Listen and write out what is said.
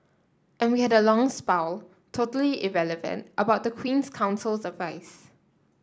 and we had a long spiel totally irrelevant about the Queen's Counsel's advice